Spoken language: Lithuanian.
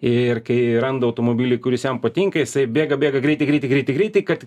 ir kai randa automobilį kuris jam patinka jisai bėga bėga greitai greitai greitai greit kad